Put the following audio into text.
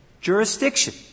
Jurisdiction